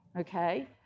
Okay